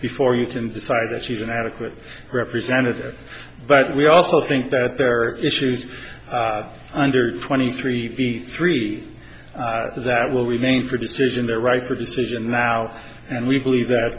before you can decide that she's an adequate representative but we also think that there are issues under twenty three be three that will remain for decision the right for decision now and we believe that